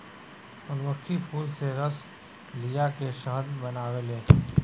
मधुमक्खी फूल से रस लिया के शहद बनावेले